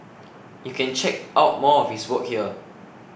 you can check out more of his work here